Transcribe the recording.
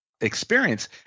Experience